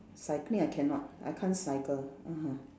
cycling I cannot I can't cycle (uh huh)